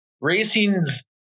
Racing's